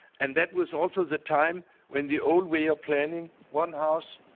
and that was also the time when the old way of planning one house